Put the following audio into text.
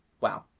wow